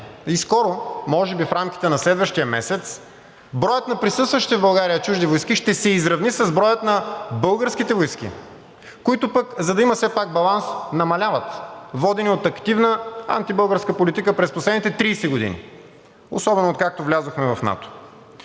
и скоро, може би в рамките на следващия месец, броят на присъстващите в България чужди войски ще се изравни с броя на българските войски, който пък, за да има все пак баланс, намалява, воден от активна антибългарска политика през последните 30 години, особено откакто влязохме в НАТО.